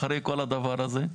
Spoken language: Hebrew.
אחרי כל הדבר הזה,